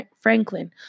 Franklin